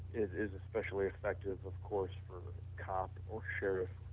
it is especially effective of course for cop or sheriff.